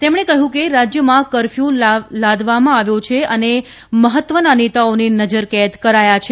તેમણે કહ્યું કે રાજ્યમાં કરફ્યુ લાદવામાં આવ્યો છે અને મહત્વના નેતાઓને નજર કેદ કરાયા છે